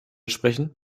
sprechen